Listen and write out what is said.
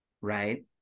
right